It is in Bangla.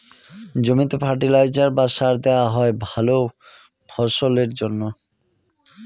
জমিতে ফার্টিলাইজার বা সার দেওয়া হয় ভালা ফসলের জন্যে